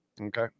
okay